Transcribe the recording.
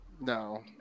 No